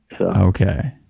Okay